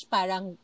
Parang